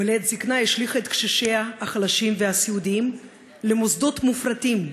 ולעת זיקנה השליכה את קשישיה החלשים והסיעודיים למוסדות מופרטים,